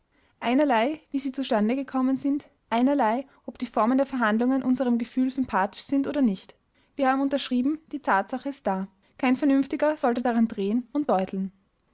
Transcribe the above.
einerlei wie sie zustande gekommen sind einerlei ob die formen der verhandlungen unserem gefühl sympathisch sind oder nicht wir haben unterschrieben die tatsache ist da kein vernünftiger sollte daran drehen und deuteln